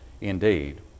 indeed